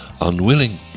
unwilling